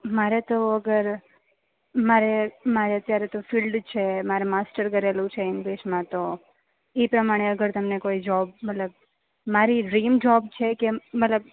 મારે તો અગર મારે મારે અત્યારે તો ફીલ્ડ છે મારે માસ્ટર કરેલું છે ઇંગ્લિશમાં તો એ પ્રમાણે અગર તમને કોઈ જોબ મતલબ મારી ડ્રીમ જોબ છે કે મતલબ